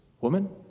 woman